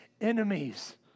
enemies